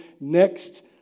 Next